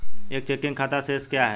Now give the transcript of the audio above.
एक चेकिंग खाता शेष क्या है?